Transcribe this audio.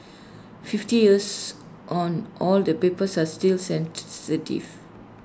fifty years on all the papers are still sensitive